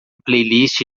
playlist